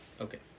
okay